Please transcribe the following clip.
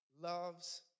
loves